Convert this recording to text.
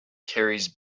carries